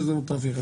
זה אולטרה וירס.